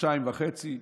חודשיים וחצי,